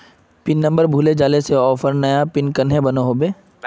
Pin number भूले जाले से ऑफर नया पिन कन्हे बनो होबे?